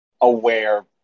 aware